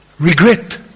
Regret